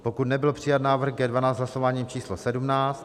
pokud nebyl přijat návrh G12 hlasováním číslo sedmnáct